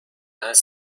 هست